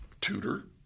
tutor